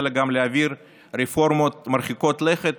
אלא גם להעביר רפורמות מרחיקות לכת